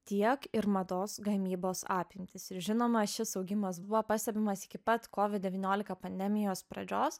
tiek ir mados gamybos apimtys ir žinoma šis augimas buvo pastebimas iki pat covid devyniolika pandemijos pradžios